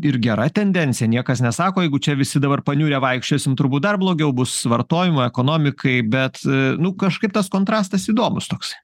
ir gera tendencija niekas nesako jeigu čia visi dabar paniurę vaikščiosim turbūt dar blogiau bus vartojimo ekonomikai bet e nu kažkaip tas kontrastas įdomus toksai